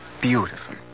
beautiful